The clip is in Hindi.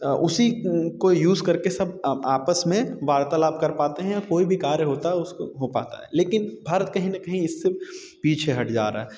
उसी को यूज करके सब आपस में वार्तालाप कर पाते हैं कोई भी कार्य होता उसको हो पाता है लेकिन भारत कहीं न कहीं इससे पीछे हट जा रहा है